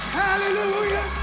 hallelujah